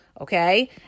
okay